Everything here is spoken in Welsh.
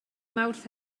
mawrth